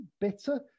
bitter